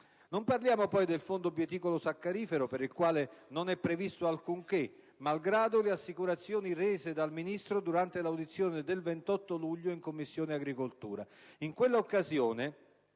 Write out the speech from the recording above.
Non parliamo poi del fondo bieticolo-saccarifero, per il quale non è previsto alcunché, malgrado le assicurazioni rese dal Ministro durante l'audizione del 28 luglio svolta in Commissione agricoltura.